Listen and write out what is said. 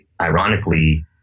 ironically